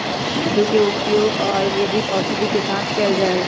मधु के उपयोग आयुर्वेदिक औषधि के साथ कइल जाहई